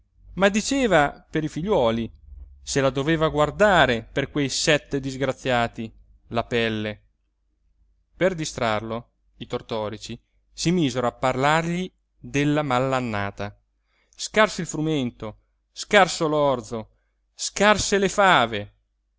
ma diceva per i figliuoli se la doveva guardare per quei sette disgraziati la pelle per distrarlo i tortorici si misero a parlargli della mal'annata scarso il frumento scarso l'orzo scarse le fave